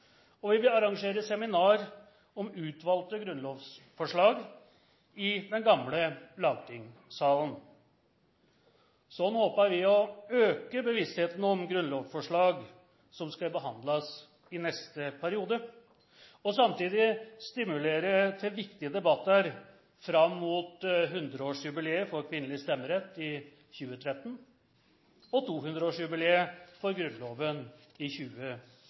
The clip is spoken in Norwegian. og vi vil arrangere seminarer om utvalgte grunnlovsforslag i den gamle lagtingssalen. Slik håper vi å øke bevisstheten om grunnlovsforslag som skal behandles i neste periode, og samtidig stimulere til viktige debatter fram mot hundreårsjubileet for kvinnelig stemmerett i 2013 og tohundreårsjubileet for Grunnloven i